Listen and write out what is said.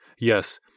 Yes